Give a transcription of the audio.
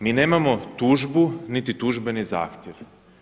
Mi nemamo tužbu niti tužbeni zahtjev.